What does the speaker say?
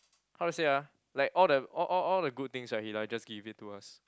how to say ah like all the all all all the good things right he like just give it to us